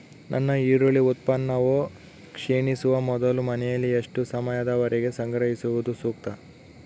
ನನ್ನ ಈರುಳ್ಳಿ ಉತ್ಪನ್ನವು ಕ್ಷೇಣಿಸುವ ಮೊದಲು ಮನೆಯಲ್ಲಿ ಎಷ್ಟು ಸಮಯದವರೆಗೆ ಸಂಗ್ರಹಿಸುವುದು ಸೂಕ್ತ?